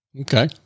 Okay